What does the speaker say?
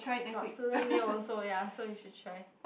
got student meal also ya so you should try